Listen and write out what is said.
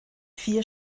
vier